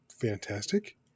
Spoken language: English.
fantastic